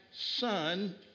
son